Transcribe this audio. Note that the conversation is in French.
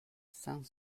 cinq